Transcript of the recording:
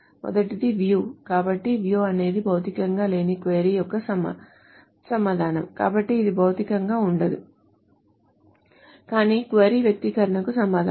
మొదటిది view కాబట్టి view అనేది భౌతికంగా లేని క్వరీ యొక్క సమాధానం కాబట్టి ఇది భౌతికంగా ఉండదు కానీ క్వరీ వ్యక్తీకరణకు సమాధానం